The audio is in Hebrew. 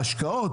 ההשקעות,